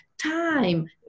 time